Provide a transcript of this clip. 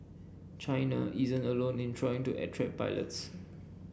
China isn't alone in trying to attract pilots